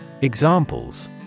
Examples